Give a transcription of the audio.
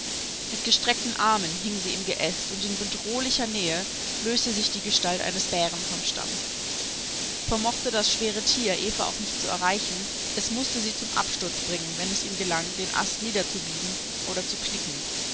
mit gestreckten armen hing sie am geäst und in bedrohlicher nähe löste sich die gestalt eines bären vom stamm vermochte das schwere tier eva auch nicht zu erreichen es mußte sie zum absturz bringen wenn es ihm gelang den ast niederzubiegen oder zu knicken